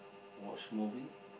watch movie